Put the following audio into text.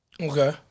Okay